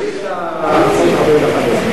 חוץ מסעיף אחד באמצע.